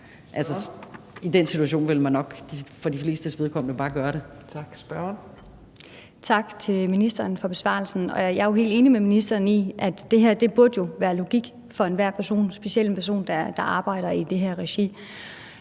Tak. Spørgeren. Kl. 15:14 Marlene Ambo-Rasmussen (V): Tak til ministeren for besvarelsen. Jeg er jo helt enig med ministeren i, at det her jo burde være logik for enhver person, specielt en person, der arbejder i det her regi.